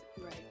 Right